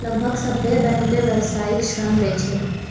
लगभग सभ्भे बैंकें व्यवसायिक ऋण दै छै